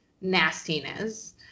nastiness